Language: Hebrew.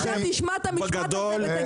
איזו אישה תשמע את המשפט הזה ותגיד